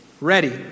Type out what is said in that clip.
Ready